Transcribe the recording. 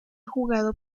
jugado